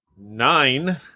nine